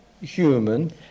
human